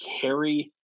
carry